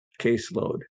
caseload